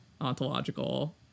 ontological